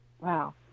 wow